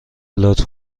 لطف